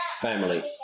family